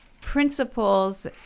principles